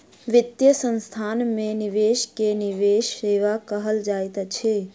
वित्तीय संस्थान में निवेश के निवेश सेवा कहल जाइत अछि